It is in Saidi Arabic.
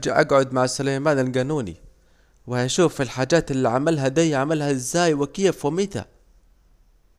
هرجع اجعد مع سليمان الجانوني وهنشوف الحاجات الي عملها دي عملها كيف وازاي ومتى